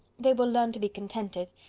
they will learn to be contented,